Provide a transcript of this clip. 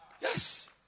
Yes